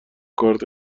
کارت